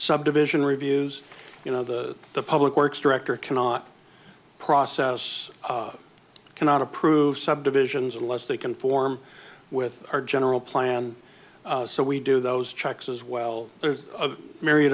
subdivision reviews you know the the public works director cannot process cannot approve subdivisions unless they conform with our general plan so we do those checks as well there's a myriad